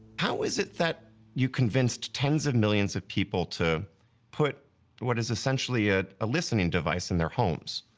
how is it that you convinced tens of millions of people to put what is essentially a, a listening device in their homes?